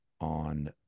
on